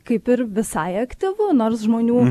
kaip ir visai aktyvu nors žmonių